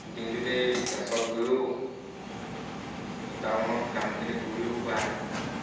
দিনটোতেই বাছত গৈও টাউনত কামখিনি কৰিও বা